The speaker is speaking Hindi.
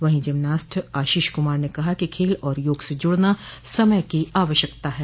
वहीं जिमनास्ट आशीष कुमार ने कहा कि खेल और योग से जुड़ना समय की आवश्यकता है